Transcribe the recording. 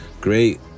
great